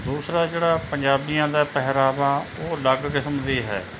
ਦੂਸਰਾ ਜਿਹੜਾ ਪੰਜਾਬੀਆਂ ਦਾ ਪਹਿਰਾਵਾ ਉਹ ਅਲੱਗ ਕਿਸਮ ਦਾ ਹੈ